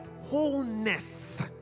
wholeness